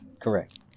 Correct